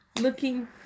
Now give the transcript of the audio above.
looking